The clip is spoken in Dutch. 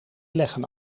leggen